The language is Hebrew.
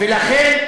לא הייתה,